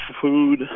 Food